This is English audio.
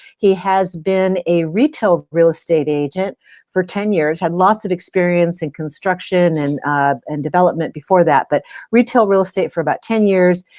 he has been a retail real estate agent for ten years. had lots of experience in construction and and development before that but retail real estate for about ten years.